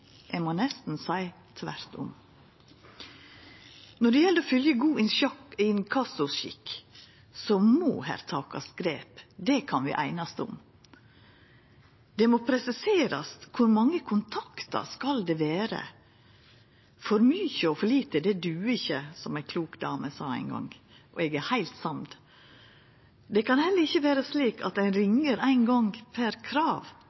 Eg må nesten seia tvert om. Når det gjeld å fylgja god inkassoskikk, må det takast grep. Det kan vi einast om. Det må presiserast kor mange kontaktar det skal vera – for mykje og for lite, det duger ikkje, som ei klok dame sa ein gong, og eg er heilt samd. Det kan heller ikkje vera slik at ein ringjer éin gong per krav.